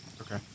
Okay